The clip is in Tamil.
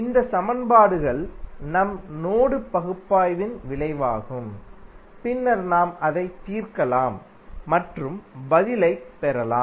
இந்த சமன்பாடுகள் நம் நோடு பகுப்பாய்வின் விளைவாகும் பின்னர் நாம் அதை தீர்க்கலாம் மற்றும் பதிலைப் பெறலாம்